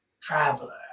Traveler